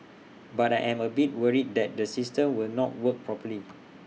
but I am A bit worried that the system will not work properly